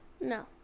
No